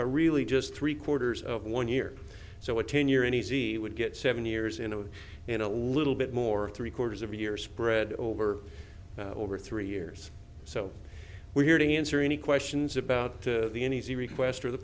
are really just three quarters of one year so a ten year uneasy would get seven years in a in a little bit more three quarters of a year spread over over three years so we're here to answer any questions about the any easy request of the